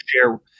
share